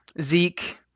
Zeke